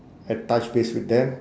and touch base with them